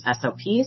SOPs